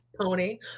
Pony